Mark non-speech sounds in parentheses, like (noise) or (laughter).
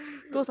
(noise)